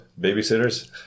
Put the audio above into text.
Babysitters